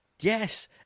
Yes